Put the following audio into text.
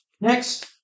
Next